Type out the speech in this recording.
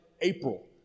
April